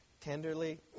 tenderly